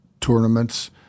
tournaments